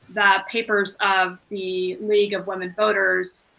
the papers of the league of women voters,